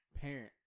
parent